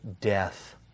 death